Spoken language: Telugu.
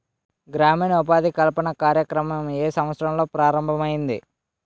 గ్రామీణ ఉపాధి కల్పన కార్యక్రమం ఏ సంవత్సరంలో ప్రారంభం ఐయ్యింది?